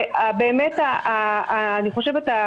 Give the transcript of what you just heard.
אבל בירושלים באמת זה הכי מהיר, אני מסכים איתך.